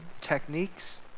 techniques